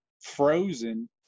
frozen